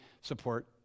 support